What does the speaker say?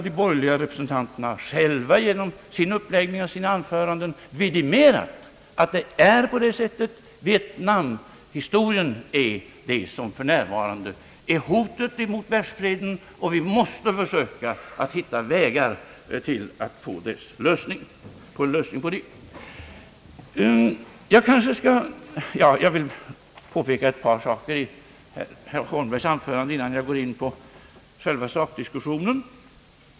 De borgerliga representanterna har själva genom uppläggningen av sina anföranden vidimerat att det är händelserna i Vietnam som för närvarande utgör ett hot mot världsfreden och att vi måste försöka hitta vägar till en lösning på detta. Jag vill påpeka ett par detaljer i herr Holmbergs anförande innan jag går in på själva sakdiskussionen.